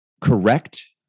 Correct